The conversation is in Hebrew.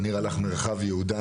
אני רל"ח מרחב יהודה,